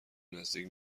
نزدیک